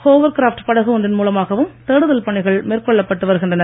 hovercraft படகு ஒன்றின் மூலமாகவும் தேடுதல் பணிகள் மேற்கொள்ளப்பட்டு வருகின்றன